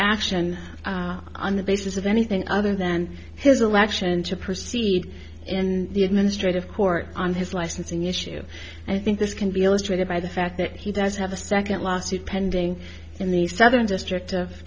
ction on the basis of anything other than his election to proceed in the administrative court on his licensing issue i think this can be illustrated by the fact that he does have a second lawsuit pending in the southern district of